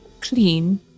clean